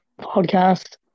podcast